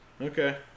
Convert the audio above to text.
Okay